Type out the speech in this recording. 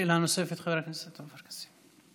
שאלה נוספת, חבר הכנסת עופר כסיף.